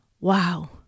wow